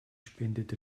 spendet